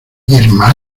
hermana